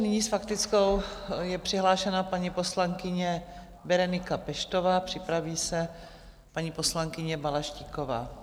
Nyní s faktickou je přihlášena paní poslankyně Berenika Peštová, připraví se paní poslankyně Balaštíková.